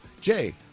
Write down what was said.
Jay